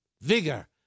vigor